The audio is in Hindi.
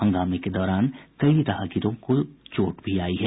हंगामे के दौरान कई राहगीरों को भी चोट आयी है